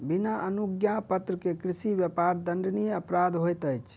बिना अनुज्ञापत्र के कृषि व्यापार दंडनीय अपराध होइत अछि